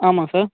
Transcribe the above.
ஆமாம் சார்